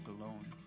alone